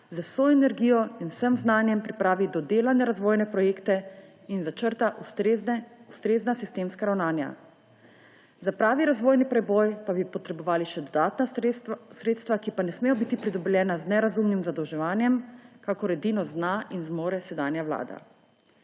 z vso energijo in vsem znanjem pripravi dodelane razvojne projekte in začrta ustrezna sistemska ravnanja. Za pravi razvojni preboj pa bi potrebovali še dodatna sredstva, ki pa ne smejo biti pridobljena z nerazumnim zadolževanjem, kakor edino zna in zmore sedanja vlada.